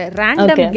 random